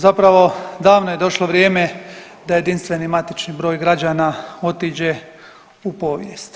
Zapravo davno je došlo vrijeme da jedinstveni matični broj građana otiđe u povijest.